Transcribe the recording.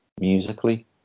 musically